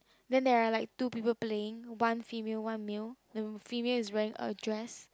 then there are like two people playing one female one male and the female is wearing a dress